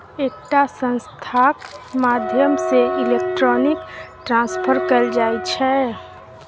एकटा संस्थाक माध्यमसँ इलेक्ट्रॉनिक ट्रांसफर कएल जाइ छै